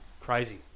Crazy